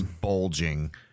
bulging